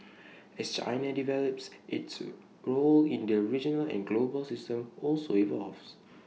as China develops its role in the regional and global system also evolves